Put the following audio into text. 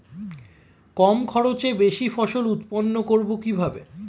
কম খরচে বেশি ফসল উৎপন্ন করব কিভাবে?